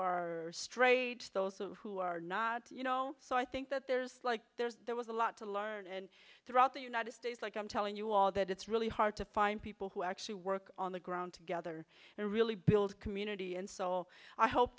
are straight those who are not you know so i think that there's like there was a lot to learn throughout the united states like i'm telling you all that it's really hard to find people who actually work on the ground together and really build community and soul i hope